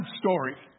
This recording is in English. story